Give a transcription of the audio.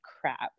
crap